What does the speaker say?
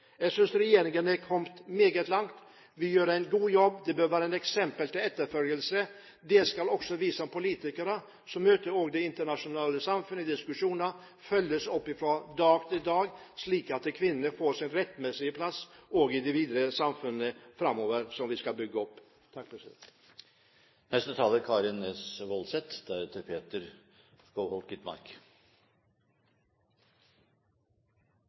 Jeg synes regjeringen er kommet meget langt. Vi gjør en god jobb. Det bør være et eksempel til etterfølgelse. Det skal også vi som politikere, som møter det internasjonale samfunnet i diskusjoner, følge opp fra dag til dag, slik at kvinnene får sin rettmessige plass videre framover i det samfunnet som vi skal bygge opp.